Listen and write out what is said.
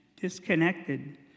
disconnected